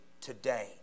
today